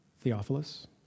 Theophilus